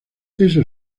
eso